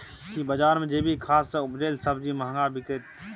की बजार मे जैविक खाद सॅ उपजेल सब्जी महंगा बिकतै?